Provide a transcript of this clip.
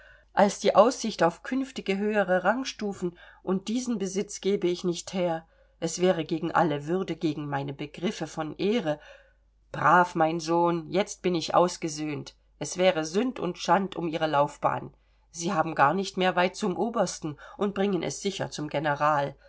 als die aussicht auf künftige höhere rangstufen und diesen besitz gebe ich nicht her es wäre gegen alle würde gegen meine begriffe von ehre brav mein sohn jetzt bin ich ausgesöhnt es wäre sünd und schand um ihre laufbahn sie haben gar nicht mehr weit zum obersten und bringen es sicher zum general